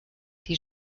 die